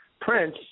Prince